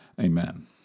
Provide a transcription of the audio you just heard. Amen